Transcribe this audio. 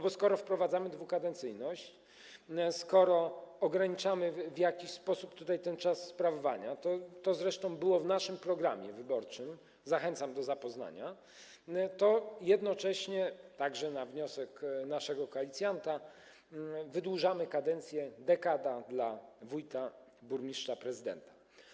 Bo skoro wprowadzamy dwukadencyjność, skoro ograniczamy tutaj w jakiś sposób ten czas sprawowania, co zresztą było w naszym programie wyborczym, zachęcam do zapoznania się z nim, to jednocześnie, także na wniosek naszego koalicjanta, wydłużamy kadencję: dekada dla wójta, burmistrza, prezydenta.